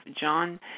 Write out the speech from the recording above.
John